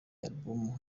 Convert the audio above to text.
album